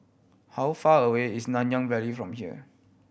how far away is Nanyang Valley from here